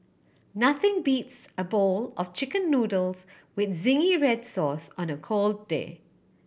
nothing beats a bowl of Chicken Noodles with zingy red sauce on a cold day